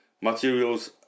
Materials